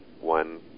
one